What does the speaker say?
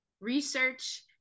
research